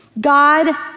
God